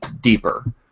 deeper